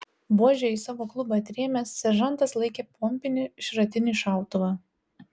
buože į savo klubą atrėmęs seržantas laikė pompinį šratinį šautuvą